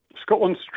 Scotland